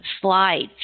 slides